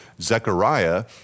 Zechariah